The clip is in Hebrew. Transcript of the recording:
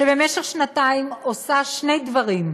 שבמשך שנתיים עושה שני דברים: